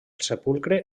sepulcre